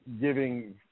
giving